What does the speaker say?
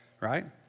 Right